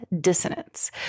dissonance